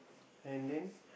and then